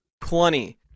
plenty